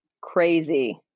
Crazy